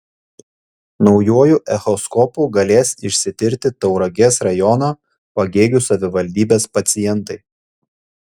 naujuoju echoskopu galės išsitirti tauragės rajono pagėgių savivaldybės pacientai